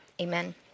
amen